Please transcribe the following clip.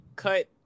Cut